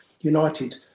United